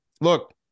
look